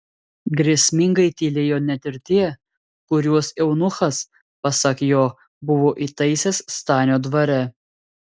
grėsmingai tylėjo net ir tie kuriuos eunuchas pasak jo buvo įtaisęs stanio dvare